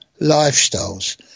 lifestyles